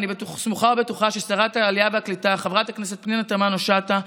אני סמוכה ובטוחה ששרת העלייה והקליטה חברת הכנסת פנינה תמנו שטה,